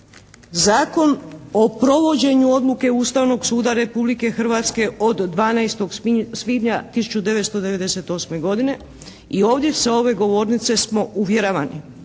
Zakon o provođenju odluke Ustavnog suda Republike Hrvatske od 12. svibnja 1998. godine i ovdje sa ove govornice smo uvjeravani